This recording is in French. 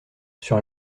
sur